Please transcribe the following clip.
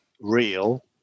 real